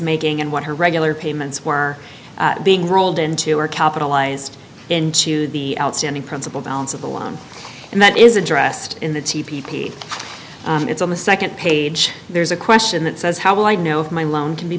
making and what her regular payments were being rolled into or capitalized into the outstanding principal balance of the loan and that is addressed in the it's on the second page there's a question that says how will i know if my loan